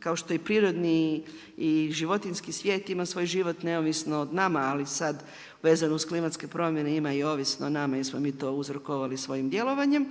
kao što prirodni i životinjski svijet ima svoj život neovisno o nama, ali sad vezano uz klimatske promjene, ima i ovisno o nama jer smo mi to uzrokovali svojim djelovanjem